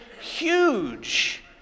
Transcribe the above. huge